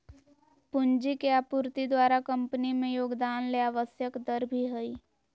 पूंजी के आपूर्ति द्वारा कंपनी में योगदान ले आवश्यक दर भी हइ